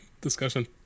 discussion